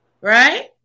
right